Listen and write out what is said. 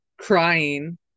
crying